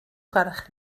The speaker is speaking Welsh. gwelwch